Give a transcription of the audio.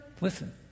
listen